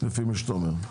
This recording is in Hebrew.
לפי מה שאתה אומר.